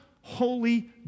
holy